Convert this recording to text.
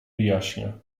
wyjaśnia